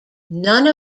none